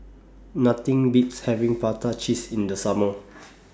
Nothing Beats having Prata Cheese in The Summer